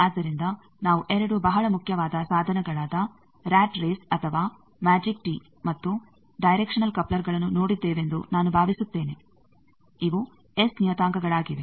ಆದ್ದರಿಂದ ನಾವು 2 ಬಹಳ ಮುಖ್ಯವಾದ ಸಾಧನಗಳಾದ ರಾಟ್ ರೇಸ್ ಅಥವಾ ಮ್ಯಾಜಿಕ್ ಟೀ ಮತ್ತು ಡೈರೆಕ್ಷನಲ್ ಕಪ್ಲರ್ಗಳನ್ನು ನೋಡಿದ್ದೇವೆಂದು ನಾನು ಭಾವಿಸುತ್ತೇನೆ ಇವು ಎಸ್ ನಿಯತಾಂಕಗಳಾಗಿವೆ